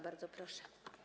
Bardzo proszę.